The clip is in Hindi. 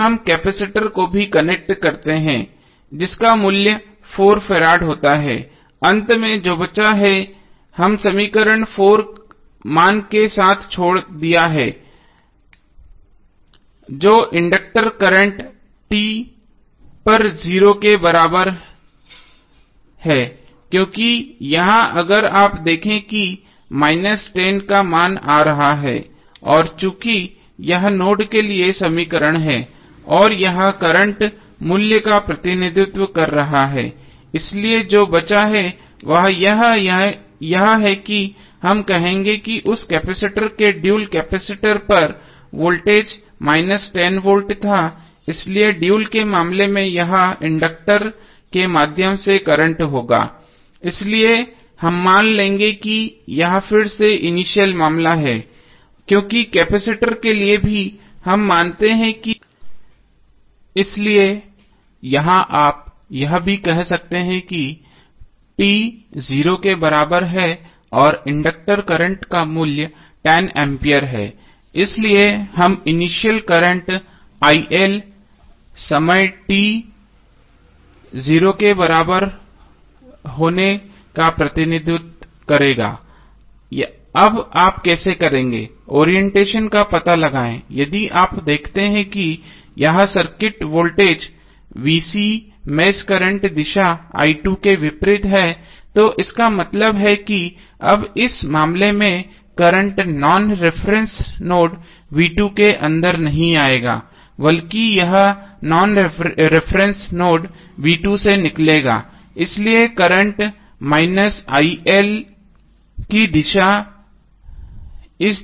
तो हम कैपेसिटर को भी कनेक्ट करते हैं जिसका मूल्य 4 फैराड होता है अंत में जो बचा है हम समीकरण 4 मान के साथ छोड़ दिया है जो इंडक्टर करंट t पर 0 के बराबर है क्योंकि यहां अगर आप देखें कि माइनस 10 का मान आ रहा है और चूंकि यह नोड के लिए समीकरण है और यह करंट मूल्य का प्रतिनिधित्व कर रहा है इसलिए जो बचा है वह यह है कि हम कहेंगे कि उस कैपेसिटर के ड्यूल कैपेसिटर पर वोल्टेज माइनस 10 वोल्ट था इसलिए ड्यूल के मामले में यह इंडक्टर के माध्यम से करंट होगा इसलिए हम मान लेंगे कि यह फिर से इनिशियल मामला है क्योंकि कैपेसिटर के लिए भी हम मानते हैं कि इनिशियल समय t पर कैपेसिटर में वोल्टेज 0 के बराबर है इसलिए यहां आप यह भी कह सकते हैं कि t 0 के बराबर है और इंडक्टर करंट का मूल्य 10 एम्पीयर है इसलिए हम इनिशियल करंट iL समय t 0 के बराबर होने का प्रतिनिधित्व करेगा अब आप कैसे करेंगे ओरिएंटेशन का पता लगाएं यदि आप देखते हैं कि यह सर्किट वोल्टेज मेष करंट दिशा i2 के विपरीत है तो इसका मतलब है कि अब इस मामले में current non reference node v2 के अंदर नहीं जाएगा बल्कि यह नॉन रेफरेंस नोड v2 से निकलेगा इसलिए करंटकी दिशा इस दिशा में है